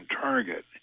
target